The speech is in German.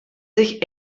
sich